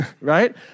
right